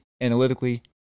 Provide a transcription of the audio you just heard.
analytically